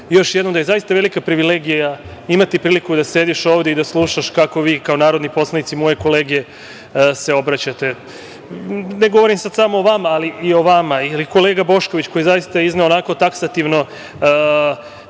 još jednom da je zaista velika privilegija imati priliku da sediš ovde i slušaš kako vi kao narodni poslanici, moje kolege, se obraćate. Ne govorim sad samo o vama, ali i kolega Bošković, koji je zaista izneo onako taksativno